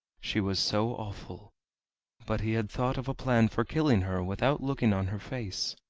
she was so awful but he had thought of a plan for killing her without looking on her face.